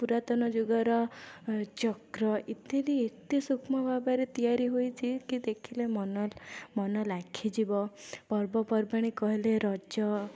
ପୁରାତନ ଯୁଗର ଚକ୍ର ଇତ୍ୟାଦି ଏତେ ସୂକ୍ଷ୍ମ ଭାବରେ ତିଆରି ହୋଇଛି କି ଦେଖିଲେ ମନ ଲାଖିଯିବ ପର୍ବପର୍ବାଣି କହିଲେ ରଜ